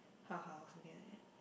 haha or something like that